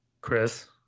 Chris